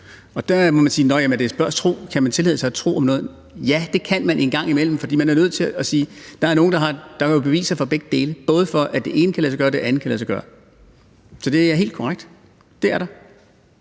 Og der kan man spørge, om man kan tillade sig at tro noget. Ja, det kan man en gang imellem, fordi man er nødt til at sige, at der er nogle beviser for begge dele, både for, at det ene kan lade sig gøre og for, at det andet kan lade sig gøre. Så det er helt korrekt. Det er der.